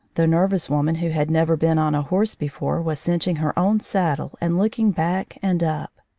the nervous woman who had never been on a horse before was cinching her own saddle and looking back and up.